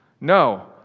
No